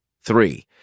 three